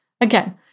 Again